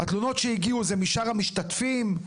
או משאר המשתתפים?